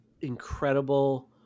incredible